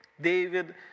David